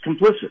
complicit